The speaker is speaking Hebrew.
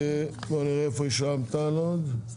בוא נראה איפה יש רע"מ תע"ל עוד?